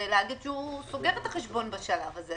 להגיד שהוא סוגר את החשבון בשלב הזה,